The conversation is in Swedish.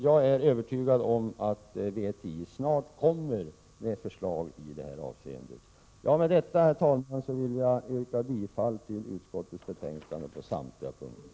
Jag är övertygad om att VTI snart kommer med förslag i detta avseende. Med detta, herr talman, vill jag yrka bifall till utskottets hemställan på samtliga punkter.